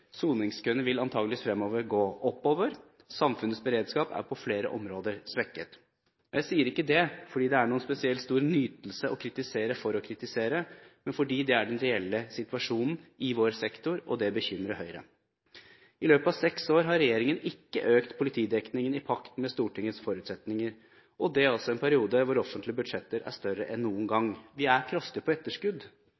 soningskøene vil antakeligvis fremover gå oppover, og samfunnets beredskap er på flere områder svekket. Jeg sier ikke det fordi det er noen spesielt stor nytelse å kritisere for å kritisere, men fordi det er den reelle situasjonen i vår sektor, og det bekymrer Høyre. I løpet av seks år har regjeringen ikke økt politidekningen i pakt med Stortingets forutsetninger – og det i en periode hvor offentlige budsjetter er større enn noen